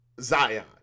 Zion